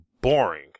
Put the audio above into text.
boring